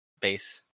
base